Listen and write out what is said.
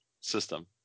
system